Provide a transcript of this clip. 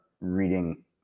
reading